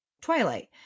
twilight